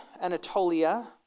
anatolia